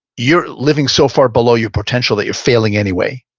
you're living so far below your potential that you're failing anyway.